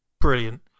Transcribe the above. brilliant